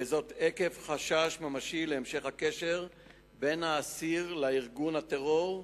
וזאת עקב חשש ממשי להמשך הקשר בין האסיר לארגון הטרור,